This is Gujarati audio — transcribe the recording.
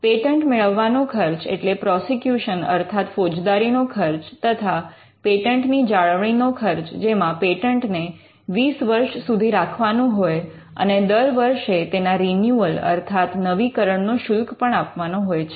પેટન્ટ મેળવવાનો ખર્ચ એટલે પ્રોસીક્યુશન અર્થાત ફોજદારી નો ખર્ચ તથા પેટન્ટ ની જાળવણી નો ખર્ચ જેમાં પેટન્ટને ૨૦ વર્ષ સુધી રાખવાનું હોય અને દર વર્ષે તેના રિન્યૂઅલ અર્થાત નવીકરણનો શુલ્ક પણ આપવાનો હોય છે